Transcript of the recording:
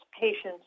patients